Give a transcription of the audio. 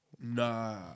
Nah